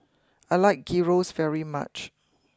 I like Gyros very much